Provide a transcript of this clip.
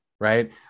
right